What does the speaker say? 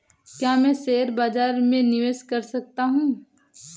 क्या मैं शेयर बाज़ार में निवेश कर सकता हूँ?